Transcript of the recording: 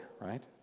right